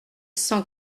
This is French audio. cent